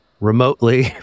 remotely